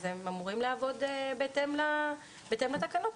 הם אמורים לעבוד בהתאם לדרישות ולתקנות.